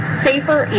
safer